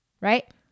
Right